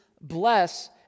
bless